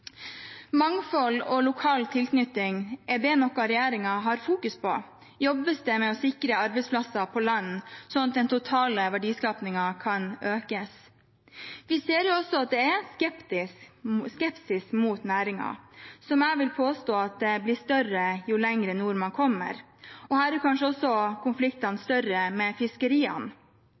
Mangfold og lokal tilknytning – er det noe regjeringen fokuserer på? Jobbes det med å sikre arbeidsplasser på land, sånn at den totale verdiskapningen kan økes? Vi ser også at det er skepsis mot næringen – som jeg vil påstå blir større jo lenger nord man kommer. Her er kanskje også konfliktene med fiskeriene